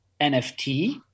NFT